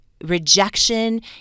rejection